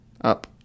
up